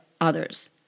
others